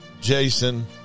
Jason